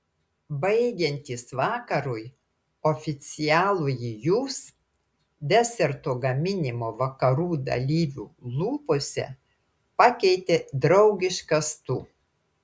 baigiantis vakarui oficialųjį jūs deserto gaminimo vakarų dalyvių lūpose pakeitė draugiškas tu